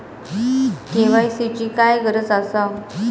KYC ची काय गरज आसा?